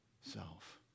self